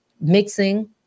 mixing